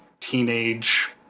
teenage